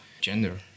gender